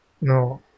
No